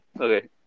okay